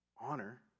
Honor